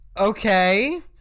okay